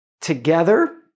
together